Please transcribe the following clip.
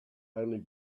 only